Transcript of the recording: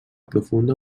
profunda